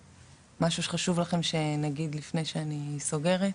משהו שחשוב לכם שנגיד לפני שאני סוגרת?